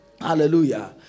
Hallelujah